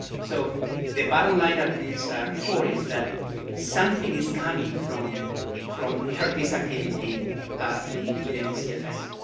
so the bottom line of this report is that something is coming from from herpes activity in in me cfs.